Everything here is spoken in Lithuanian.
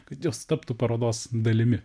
kad jos taptų parodos dalimi